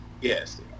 yes